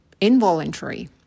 involuntary